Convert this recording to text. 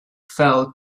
fell